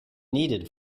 needed